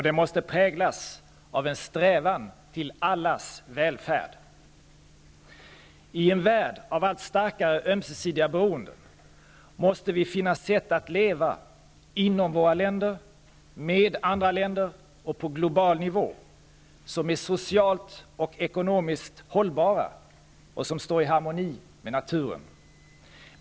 Den måste präglas av en strävan till allas välfärd. I en värld av allt starkare ömsesidiga beroenden måste vi finna sätt att leva -- inom våra länder, med andra länder och på global nivå -- som är socialt och ekonomiskt hållbara och som står i harmoni med naturen.